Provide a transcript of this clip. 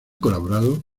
colaborado